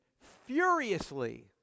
furiously